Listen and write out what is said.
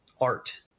art